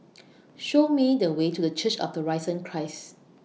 Show Me The Way to Church of The Risen Christ